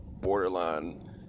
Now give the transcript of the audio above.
borderline